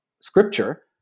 scripture